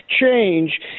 change